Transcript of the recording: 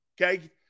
Okay